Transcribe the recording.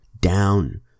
down